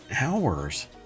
hours